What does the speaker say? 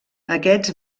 aquests